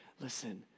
listen